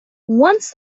once